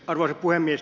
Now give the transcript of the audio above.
arvoisa puhemies